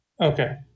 Okay